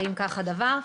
האם כך הדבר?